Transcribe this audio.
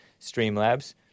Streamlabs